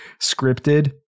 scripted